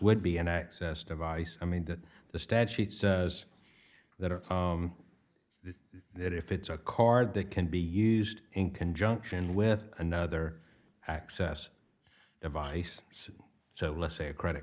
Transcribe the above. would be an access device i mean that the statute says that it is that if it's a card that can be used in conjunction with another access device so let's say a credit